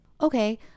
Okay